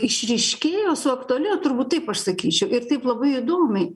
išryškėjo suaktualėjo turbūt taip aš sakyčiau ir taip labai įdomiai